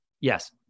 Yes